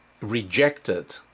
rejected